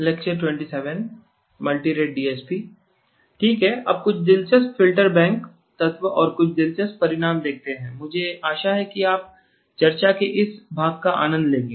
ठीक है अब कुछ दिलचस्प फ़िल्टर बैंक तत्व और कुछ दिलचस्प परिणाम देखते हैं मुझे आशा है कि आप चर्चा के इस भाग का आनंद लेंगे